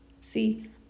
See